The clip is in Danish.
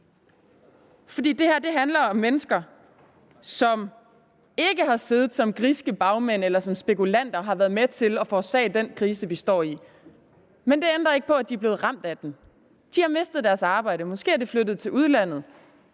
for det her handler om mennesker, som ikke har siddet som griske bagmænd eller som spekulanter og har været med til at forårsage den krise, vi står i. Men det ændrer ikke på, at de er blevet ramt af den. De har mistet deres arbejde, måske er de flyttet til udlandet.